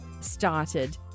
started